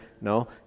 No